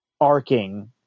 arcing